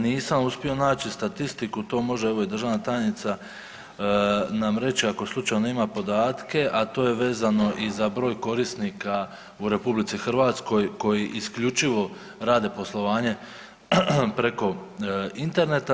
Nisam uspio naći statistiku, to može evo, i državna tajnica nam reći ako slučajno ima podatke, a to je vezano i za broj korisnika u RH koji isključivo rade poslovanje preko interneta.